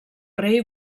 rei